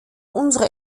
unsere